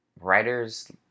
writer's